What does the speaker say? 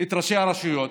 את ראשי הרשויות,